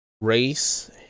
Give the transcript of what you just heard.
race